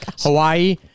Hawaii